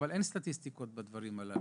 אבל אין סטטיסטיקות בדברים הללו.